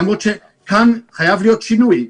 חייב להיות שינוי.